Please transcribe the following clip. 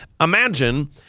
Imagine